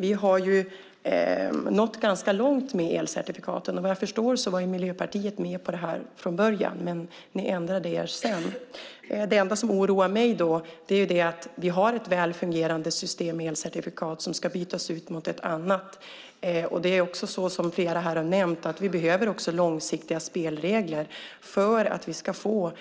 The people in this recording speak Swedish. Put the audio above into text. Vi har ju nått ganska långt med elcertifikaten. Vad jag förstår var Miljöpartiet med på detta från början, men ni ändrade er sedan. Det enda som oroar mig är att vi har ett väl fungerande system med elcertifikat som ni vill byta ut mot ett annat, och som fler har nämnt behöver vi långsiktiga spelregler för att vi ska få